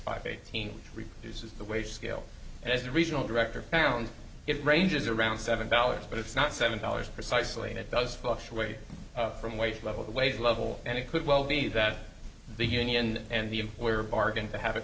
five eighteen reproduces the wage scale as a regional director found it ranges around seven dollars but it's not seven dollars precisely and it does fluctuate from wage level wage level and it could well be that the union and the employer bargained to have it